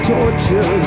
Torture